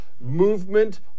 movement